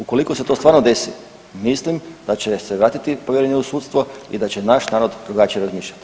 Ukoliko se to stvarno desi, mislim da će se vratiti povjerenje u sudstvo i da će naš narod drugačije razmišljati.